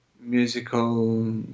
Musical